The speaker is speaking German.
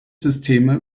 systeme